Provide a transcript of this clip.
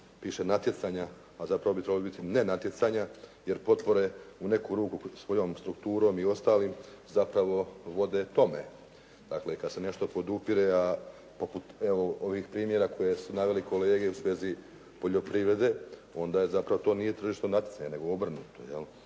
piše natjecanja, a zapravo bi trebalo biti ne natjecanja, jer potpore u neku ruku pod svojom strukturom i ostalim zapravo vode tome. Dakle, kada se nešto podupire, a poput ovih evo primjera koje su navele kolege u svezi poljoprivrede, onda to zapravo nije tržišno natjecanje, nego obrnuto,